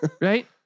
right